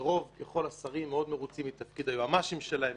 שרוב ככול השרים מאוד מרוצים מתפקיד היועצים המשפטיים שלהם.